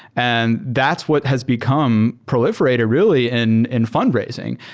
and that's what has become proliferated, really, and in fundraising.